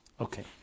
Okay